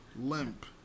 limp